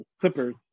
clippers